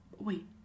Wait